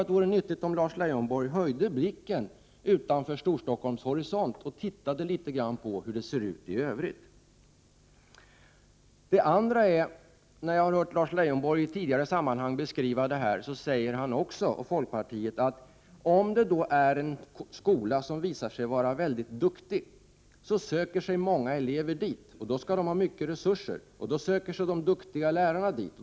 Det vore nyttigt om Lars Leijonborg höjde blicken och såg litet grand på hur det ser ut i övrigt bortom Storstockholms horisont. Lars Leijonborg och folkpartiet har i andra sammanhang beskrivit det så, att om en skola visar sig vara mycket duktig söker sig många elever dit och då skall skolan ha mycket resurser. Då söker sig de duktiga lärarna dit.